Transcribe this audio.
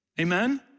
Amen